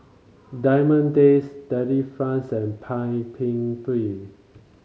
Diamond Days Delifrance and Paik Bibim